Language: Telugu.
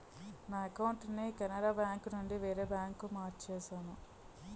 నా అకౌంటును కెనరా బేంకునుండి వేరే బాంకుకు మార్చేను